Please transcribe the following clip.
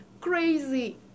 crazy